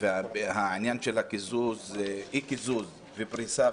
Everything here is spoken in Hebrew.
ובעניין של אי קיזוז ופריסה,